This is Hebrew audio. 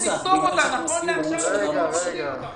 נכון לעכשיו אתם לא פותרים אותה.